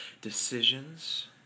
decisions